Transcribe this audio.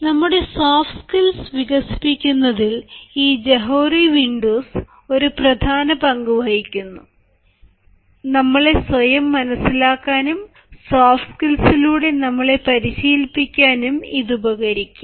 നമ്മുടെ soft skills വികസിപ്പിക്കുന്നതിൽ ഈ ജോഹാരി വിൻഡോസ് ഒരു പ്രധാന പങ്ക് വഹിക്കുന്നു നമ്മളെ സ്വയം മനസ്സിലാക്കാനും സോഫ്റ്റ് സ്കിൽസ്ലൂടെ നമ്മളെ പരിശീലിപ്പിക്കാനും ഇത് ഉപകരിക്കും